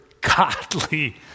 godly